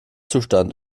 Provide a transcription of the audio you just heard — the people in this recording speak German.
zustand